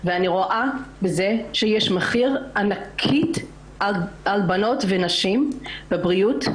ואני רואה שיש לזה מחיר ענקי על בנות ונשים בבריאות,